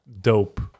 Dope